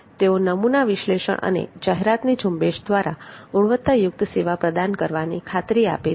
તેઓ નમૂના વિશ્લેષણ અને જાહેરાતની ઝુંબેશ દ્વારા ગુણવત્તા યુક્ત સેવા પ્રદાન કરવાની ખાતરી આપે છે